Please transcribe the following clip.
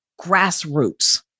grassroots